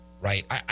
right